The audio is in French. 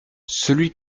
celui